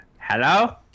hello